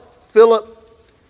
Philip